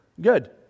good